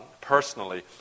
personally